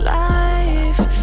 life